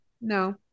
no